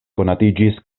konatiĝis